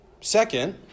Second